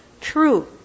true